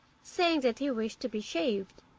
saying that he wished to be shaved.